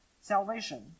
salvation